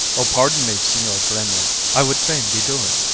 o, pardon me, signior gremio i would fain be doing.